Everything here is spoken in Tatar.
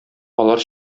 алар